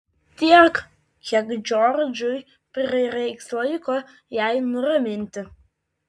tiek kiek džordžui prireiks laiko jai nuraminti